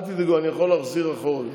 אל תדאגו, אני יכול להחזיר אחורה.